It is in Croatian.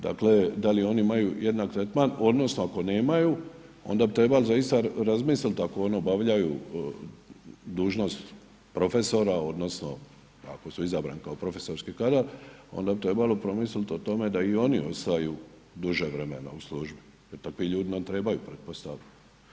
Dakle da li oni imaju jednak tretman odnosno ako nemaju, onda bi trebali zaista razmisliti ako oni obavljaju dužnost profesora odnosno ako su izabrani u profesorski kadar onda bi trebalo promisliti o tome da i oni ostaju duže vremena u službi jer takvi ljudi nam trebaju pretpostavljam?